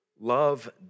Love